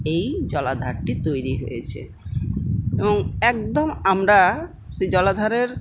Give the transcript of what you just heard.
এই জলাধারটি তৈরি হয়েছে এবং একদম আমরা সেই জলাধারের